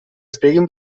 estiguin